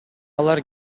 алар